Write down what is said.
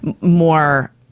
more